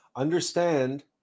Understand